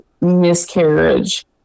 Miscarriage